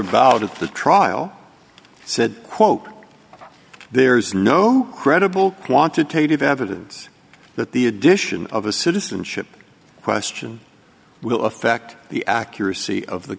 at the trial said quote there is no credible quantitative evidence that the addition of a citizenship question will affect the accuracy of the